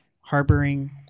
harboring